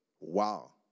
wow